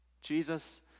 Jesus